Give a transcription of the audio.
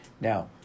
Now